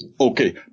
Okay